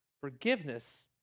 Forgiveness